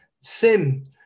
Sim